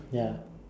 ya